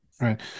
Right